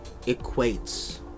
equates